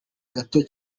gato